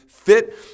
fit